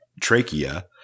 trachea